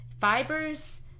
fibers